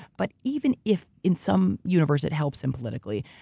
but even if in some universe it helps him politically,